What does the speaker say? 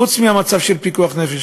חוץ מהמצב של פיקוח נפש,